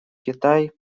китай